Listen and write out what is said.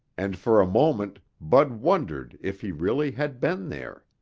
and for a moment bud wondered if he really had been there.